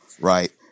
right